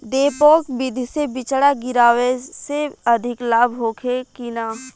डेपोक विधि से बिचड़ा गिरावे से अधिक लाभ होखे की न?